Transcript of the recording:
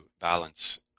balance